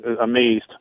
amazed